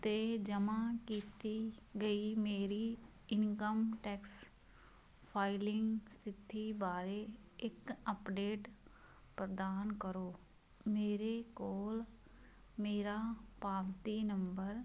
ਉੱਤੇ ਜਮ੍ਹਾਂ ਕੀਤੀ ਗਈ ਮੇਰੀ ਇਨਕਮ ਟੈਕਸ ਫਾਈਲਿੰਗ ਸਥਿਤੀ ਬਾਰੇ ਇੱਕ ਅਪਡੇਟ ਪ੍ਰਦਾਨ ਕਰੋ ਮੇਰੇ ਕੋਲ ਮੇਰਾ ਪਾਵਤੀ ਨੰਬਰ